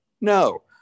No